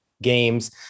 games